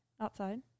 outside